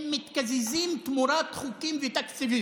הם מתקזזים תמורת חוקים ותקציבים.